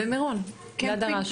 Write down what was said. במירון, ליד הרשב"י.